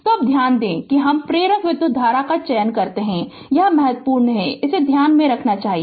तो अब ध्यान दें कि हम प्रेरक विधुत धारा का चयन करते हैं यह महत्वपूर्ण है इसे ध्यान में रखना चाहिए